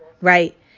right